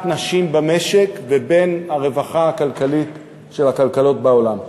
נשים במשק ובין הרווחה הכלכלית של הכלכלות בעולם,